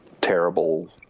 terrible